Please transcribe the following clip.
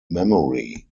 memory